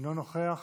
אינו נוכח,